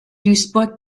duisburg